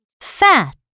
fat